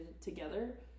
together